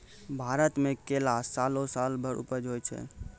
भारत मे केला सालो सालो भर उपज होय छै